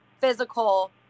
physical